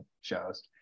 shows